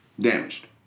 damaged